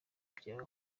byawe